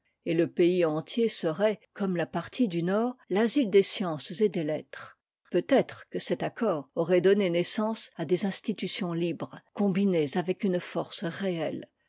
et le pays entier serait comme la partie du nord l'asile des sciences et des lettres peutêtre que cet accord aurait donné naissance à des institutions libres combinées avec une force réelle